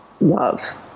love